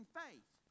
faith